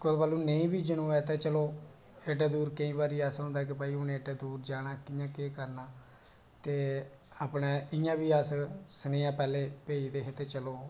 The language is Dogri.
कोई बारी नेईं बी जनोऐ ते चलो ते ऐड्डे दूर केईं बारी ऐसा होंदा कि ऐड्डे दूर जाना ते कि'यां केह् करना ते अपने इ'यां बी अस सनेहा पैह्लें भेजदे हे ते चलो